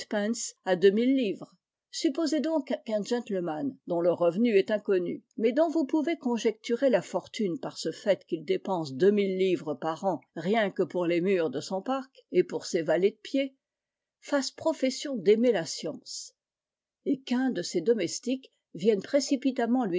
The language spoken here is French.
sept pence àdeuxmille livres supposez donc qu'un gentleman dont le revenu est inconnu mais dont vous pouvez conjecturer la fortune par ce fait qu'il dépense deux mille livres par an rien que pour les murs de son parc et pour ses valets de pied fasse profession d'aimer la science et qu'un de ses domestiques vienne précipitamment